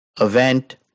event